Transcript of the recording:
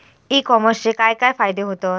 E कॉमर्सचे काय काय फायदे होतत?